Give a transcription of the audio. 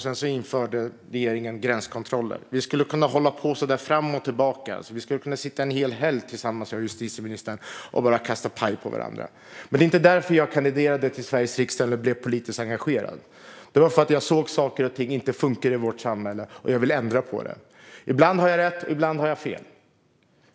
Sedan införde regeringen gränskontroller. Vi skulle kunna hålla på så där fram och tillbaka. Och vi skulle kunna sitta en hel helg tillsammans, justitieministern och jag, och bara kasta paj på varandra. Men det var inte därför som jag kandiderade till Sveriges riksdag, och det var inte därför som jag engagerade mig politiskt. Det gjorde jag för att jag såg att saker och ting inte funkade i vårt samhälle och för att jag ville ändra på det. Ibland har jag rätt, och ibland har jag fel.